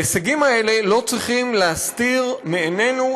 ההישגים האלה לא צריכים להסתיר מעינינו